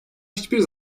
hiçbir